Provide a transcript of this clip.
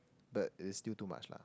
but is still too much lah